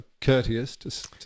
courteous